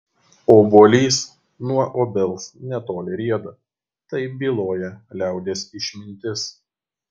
obuolys nuo obels netoli rieda taip byloja liaudies išmintis